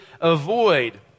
avoid